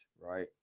right